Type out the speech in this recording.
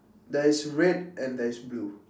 there is red and there is blue